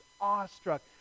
awestruck